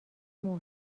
مهم